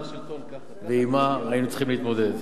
ועמה היינו צריכים להתמודד.